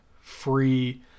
free